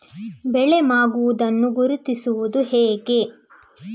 ಬೆಳೆ ಮಾಗುವುದನ್ನು ಗುರುತಿಸುವುದು ಹೇಗೆ?